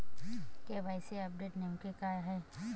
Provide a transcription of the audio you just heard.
KYC update नेमके काय आहे?